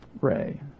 Ray